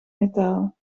metaal